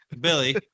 Billy